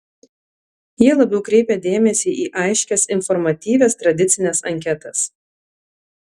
jie labiau kreipia dėmesį į aiškias informatyvias tradicines anketas